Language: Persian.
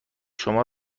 شما